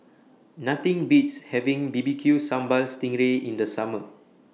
Nothing Beats having B B Q Sambal Sting Ray in The Summer